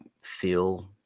feel